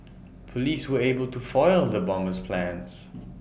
Police were able to foil the bomber's plans